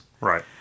Right